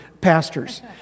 pastors